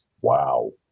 Wow